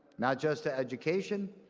not just to education,